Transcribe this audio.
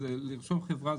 לרשום חברה,